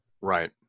Right